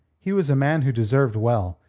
he was a man who deserved well.